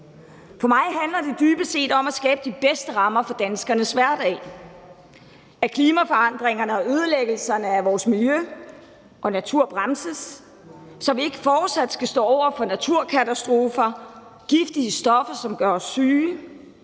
For mig handler det dybest set om at skabe de bedste rammer for danskernes hverdag; om, at klimaforandringerne og ødelæggelserne af vores miljø og natur bremses, så vi ikke fortsat skal stå over for naturkatastrofer og giftige stoffer, som gør os syge;